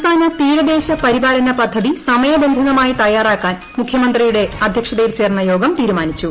സംസ്ഥാന തീരദേശ പരിപാലന പദ്ധതി സമയബന്ധിതമായി തയ്യാറാക്കാൻ മുഖ്യമന്ത്രിയുടെ അദ്ധ്യക്ഷതയിൽ ചേർന്ന യോഗം തീരുമാനിച്ചു